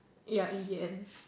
ya in the end